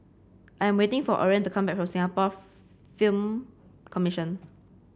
I am waiting for Oren to come back from Singapore Film Commission